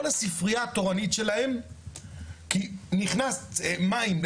הספרייה התורנית שלהם כי נכנסו מים,